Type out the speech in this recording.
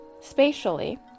spatially